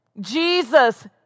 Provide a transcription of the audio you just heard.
Jesus